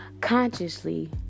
consciously